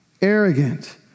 arrogant